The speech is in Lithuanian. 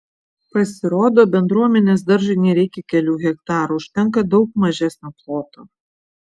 pasirodo bendruomenės daržui nereikia kelių hektarų užtenka daug mažesnio ploto